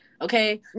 okay